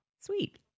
Sweet